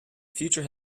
future